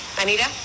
Anita